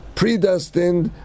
predestined